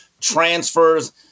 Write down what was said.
transfers